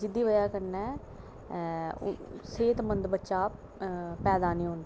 जेह्दी बजह कन्नै सेह्तमंद बच्चा पैदा निं होंदा